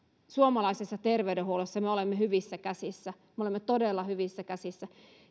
suomalaisessa terveydenhuollossa me olemme hyvissä käsissä me olemme todella hyvissä käsissä